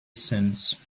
since